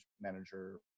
manager